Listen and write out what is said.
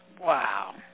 Wow